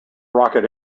rocket